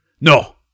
No